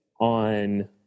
on